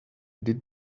did